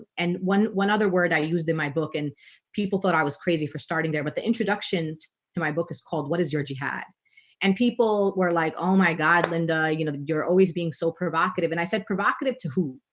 and when one other word i used in my book and people thought i was crazy for starting there but the introduction to my book is called what is your jihad and people were like, oh my god, linda, you know, you're always being so provocative and i said provocative too who?